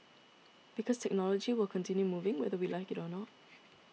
because technology will continue moving whether we like it or not